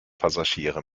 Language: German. passagiere